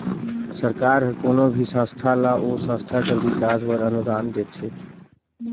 सरकार हर कोनो भी संस्था ल ओ संस्था कर बिकास बर अनुदान देथे